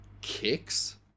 kicks